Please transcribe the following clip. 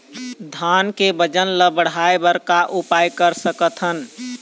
धान के वजन ला बढ़ाएं बर का उपाय कर सकथन?